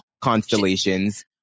constellations